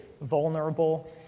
vulnerable